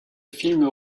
film